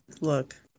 Look